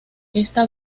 esta